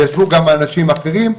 וישבו גם אנשים אחרים,